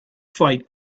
fight